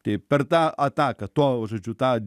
tai per tą ataką tuo žodžiu tą